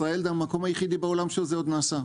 ישראל זה המקום היחידי בעולם שזה עוד נעשה,